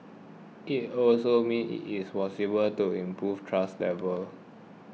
it also means it is to improve trust levels